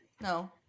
no